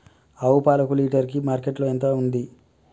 ఆవు పాలకు లీటర్ కి మార్కెట్ లో ఎంత ఉంది?